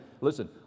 listen